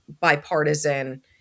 bipartisan